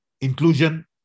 inclusion